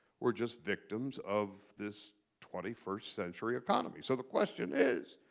were just victims of this twenty first century economy. so the question is,